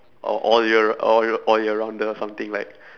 all all year all year all year rounder something like